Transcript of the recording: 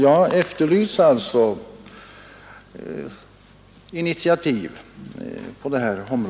Jag efterlyser alltså sådana initiativ.